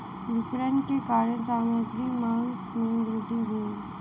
विपरण के कारण सामग्री मांग में वृद्धि भेल